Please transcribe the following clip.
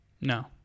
No